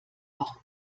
auch